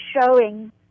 showing